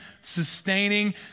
sustaining